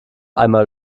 einmal